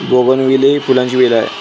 bougainvillea ही फुलांची वेल आहे